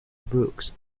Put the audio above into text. brooks